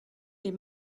les